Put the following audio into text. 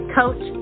coach